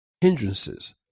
hindrances